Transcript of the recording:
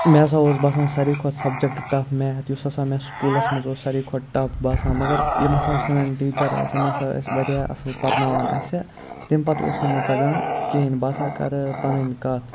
مےٚ ہَسا اوس باسان ساروی کھۄتہٕ سَبجَکٹ ٹَف میتھ یُس ہَسا مےٚ سکوٗلَس منٛز اوس ساروی کھۄتہٕ ٹَف باسان مگر یِم ہَسا سٲنۍ ٹیٖچَر ٲسۍ یِم ہَسا ٲسۍ واریاہ اَصٕل پَرناوان اَسہِ تمہِ پَتہٕ اوس نہٕ مےٚ تَگان کِہیٖنۍ بہٕ ہَسا کَرٕ پَنٕنۍ کَتھ